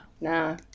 Nah